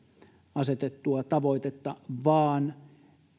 asetettua tavoitetta vaan